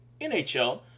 NHL